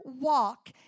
walk